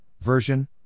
version